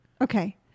Okay